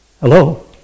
Hello